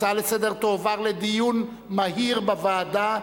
ההצעה לסדר-היום תועבר לדיון מהיר בוועדה,